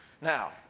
Now